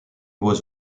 was